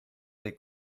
les